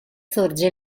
sorge